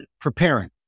preparing